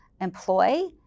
employ